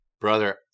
Brother